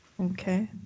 Okay